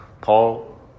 Paul